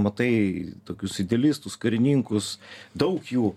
matai tokius idealistus karininkus daug jų